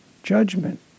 judgment